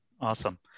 Awesome